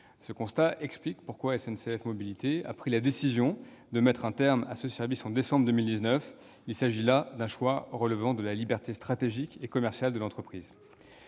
Ce constat explique pourquoi SNCF Mobilités a pris la décision de mettre un terme à ce service en décembre 2019. Il s'agit d'un choix relevant de la liberté stratégique et commerciale de l'entreprise.